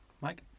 Mike